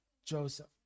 joseph